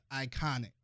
iconic